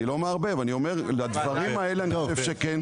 אני חושב שכן